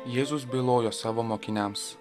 jėzus bylojo savo mokiniams